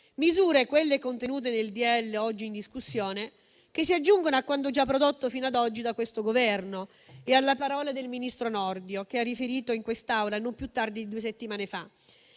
misure, quelle contenute nel disegno di legge oggi in discussione, che si aggiungono a quanto già prodotto fino ad oggi da questo Governo e alla parola del ministro Nordio, che ha riferito in quest'Aula non più tardi di due settimane fa.